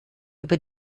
über